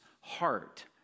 heart